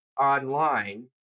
online